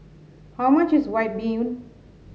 how much is White Bee Hoon